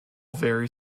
very